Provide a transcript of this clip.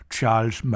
Charles